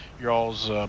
y'all's